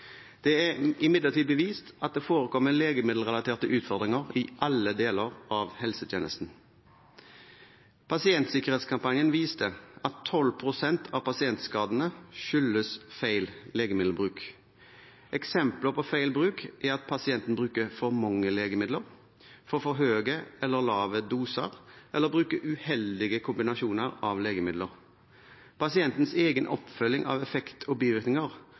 Det er imidlertid bevist at det forekommer legemiddelrelaterte utfordringer i alle deler av helsetjenesten. Pasientsikkerhetskampanjen viste at 12 pst. av pasientskadene skyldes feil legemiddelbruk. Eksempler på feilbruk er at pasienten bruker for mange legemidler, får for høye eller for lave doser eller bruker uheldige kombinasjoner av legemidler. Pasientens egen oppfølging av effekt og bivirkninger,